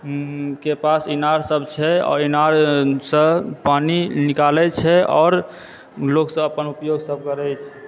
के पास इनार सब छै आओर इनारसंँ पानि निकालए छै आओर लोकसब अपन उपयोग सब करए छै